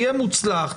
יהיה מוצלח,